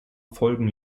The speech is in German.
folgen